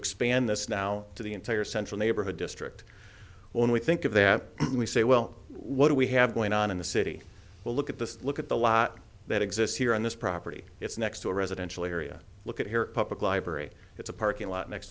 expand this now to the entire central neighborhood district when we think of that we say well what do we have going on in the city well look at this look at the lot that exists here on this property it's next to a residential area look at here public library it's a parking lot next